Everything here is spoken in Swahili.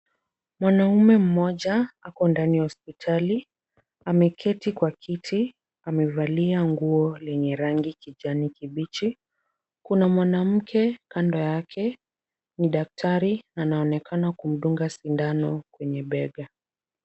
Mwanaume mmoja ako ndani ya hospitali. Ameketi kwa kiti, amevalia nguo lenye rangi kijani kibichi. Kuna mwanamke kando yake, ni daktari anaonekana kumdunga sindano kwenye bega.